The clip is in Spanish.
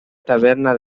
taberna